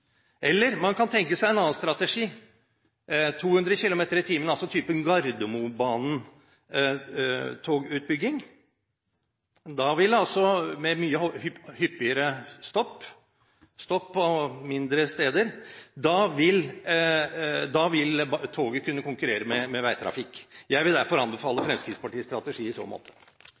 Eller man kan tenke seg en annen strategi: 200 km/t – type gardermobaneutbygging – med mye hyppigere stopp på mindre steder. Da vil toget kunne konkurrere med veitrafikk. Jeg vil derfor anbefale Fremskrittspartiets strategi i så måte.